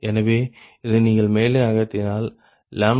எனவே இதை நீங்கள் மேலே நகர்த்தினால் 46